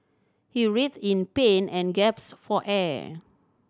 he writhed in pain and gaps for air